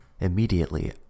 Immediately